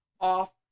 off